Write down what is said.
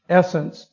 essence